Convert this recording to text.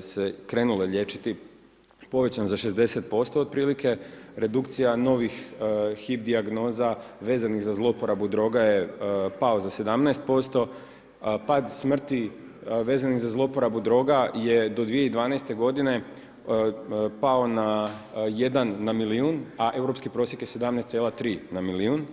se krenule liječiti povećan za 60% otprilike, redukcija novih HIV dijagnoza vezanih za zloporabu droga je pao za 17%, pad smrti vezanih za zloporabu droga je do 2012. godine pao na 1 na milijun, a europski prosjek je 17,3% na milijun.